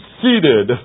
seated